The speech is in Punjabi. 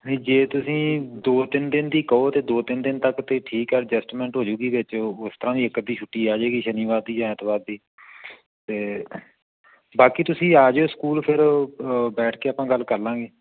ਨਹੀਂ ਜੇ ਤੁਸੀਂ ਦੋ ਤਿੰਨ ਦਿਨ ਦੀ ਕਹੋ ਤਾਂ ਦੋ ਤਿੰਨ ਦਿਨ ਤੱਕ ਤਾਂ ਠੀਕ ਹੈ ਐਡਜਸਟਮੈਂਟ ਹੋ ਹੋਜੂਗੀ ਵਿੱਚ ਉਸ ਤਰ੍ਹਾਂ ਵੀ ਇੱਕ ਅੱਧੀ ਛੁੱਟੀ ਆ ਜਾਵੇਗੀ ਸ਼ਨੀਵਾਰ ਦੀ ਜਾਂ ਐਤਵਾਰ ਦੀ ਅਤੇ ਬਾਕੀ ਤੁਸੀਂ ਆ ਜਿਓ ਸਕੂਲ ਫਿਰ ਬੈਠ ਕੇ ਆਪਾਂ ਗੱਲ ਕਰ ਲਵਾਂਗੇ